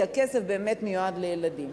כי הכסף מיועד לילדים.